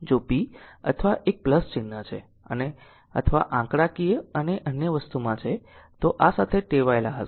જો p અથવા એક ચિહ્ન છે અથવા આંકડાકીય અને અન્ય વસ્તુમાં છે તો આ સાથે ટેવાયેલા હશે